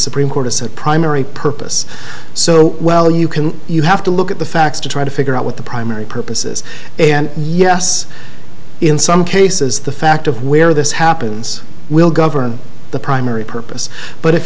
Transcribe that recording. supreme court as a primary purpose so well you can you have to look at the facts to try to figure out what the primary purposes and yes in some cases the fact of where this happens will govern the primary purpose but if